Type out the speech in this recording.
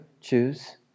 choose